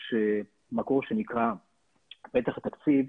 זה מקור שנקרא מפתח תקציב,